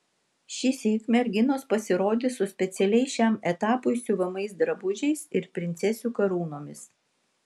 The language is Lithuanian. šįsyk merginos pasirodys su specialiai šiam etapui siuvamais drabužiais ir princesių karūnomis